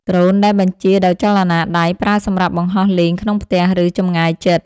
ដ្រូនដែលបញ្ជាដោយចលនាដៃ ប្រើសម្រាប់បង្ហោះលេងក្នុងផ្ទះ ឬចម្ងាយជិត។